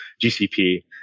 GCP